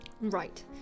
Right